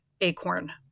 acorn